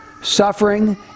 suffering